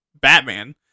Batman